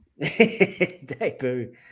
debut